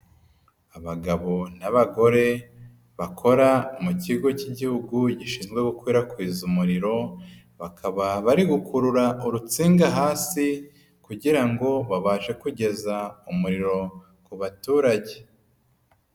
Abagabo n'abagore bakora mu kigo cy'Igihugu gishinzwe gukwirakwiza umuriro, bakaba bari gukurura urusinga hasi kugira ngo babashe kugeza umuriro ku baturage.